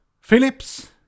Phillips